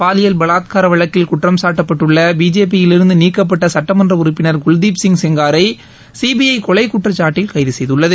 பாலியல் பலாத்கார வழக்கில் குற்றம் சாட்டப்பட்டுள்ள பிஜேபியிலிருந்து நீக்கப்பட்ட சுட்டமன்ற உறுப்பினர் குல்தீப் சிங் செங்காரை சிபிஐ கொலை குற்றக்காட்டில் கைது செய்துள்ளது